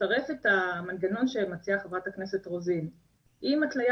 לצרף את המנגנון שמציעה חברת הכנסת רוזין עם התליה